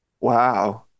Wow